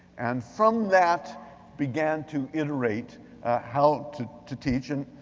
and from that began to iterate how to to teach. and